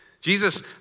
Jesus